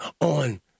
on